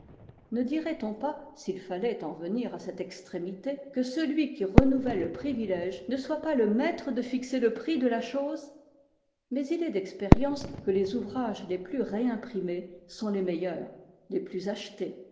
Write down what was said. ne dirait-on pas s'il fallait en venir à cette extrémité que celui qui renouvelle le privilège ne soit pas le maître de fixer le prix de la chose mais il est d'expérience que les ouvrages les plus réimprimés sont les meilleurs les plus achetés